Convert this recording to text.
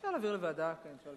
אפשר להעביר לוועדה, כן.